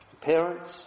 parents